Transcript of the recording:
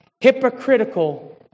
hypocritical